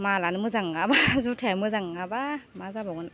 मालआनो मोजां नङाबा जुथाया मोजां नङाबा मा जाबावगोन